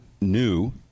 new